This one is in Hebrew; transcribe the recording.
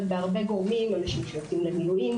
בהרבה גורמים: אנשים שיוצאים למילואים,